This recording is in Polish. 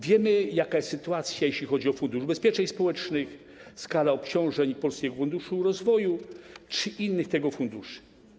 Wiemy, jaka jest sytuacja, jeśli chodzi o Fundusz Ubezpieczeń Społecznych, jaka jest skala obciążeń Polskiego Funduszu Rozwoju czy innych tego typu funduszy.